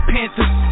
Panthers